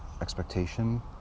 expectation